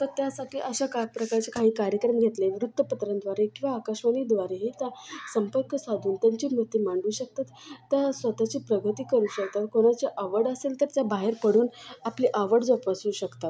तर त्यासाठी अशा काय प्रकारचे काही कार्यक्रम घेतले वृत्तपत्रांद्वारे किंवा आकाशवाणीद्वारे हे त्या संपर्क साधून त्यांचे मते मांडू शकतात त्या स्वतःची प्रगती करू शकतात कोणाच्या आवड असेल तर त्या बाहेर पडून आपले आवड जोपासू शकतात